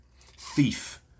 Thief